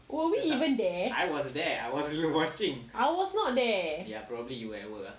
were we even there I was not there